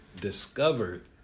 discovered